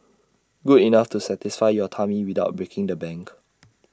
good enough to satisfy your tummy without breaking the bank